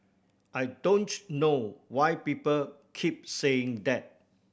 I don't know why people keep saying that